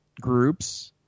groups